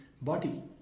body